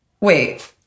wait